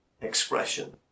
expression